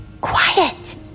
Quiet